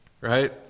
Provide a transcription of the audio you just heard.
right